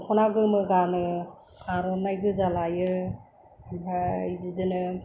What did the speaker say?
दख'ना गोमो गानो आर'नाइ गोजा लायो ओमफ्राय बिदिनो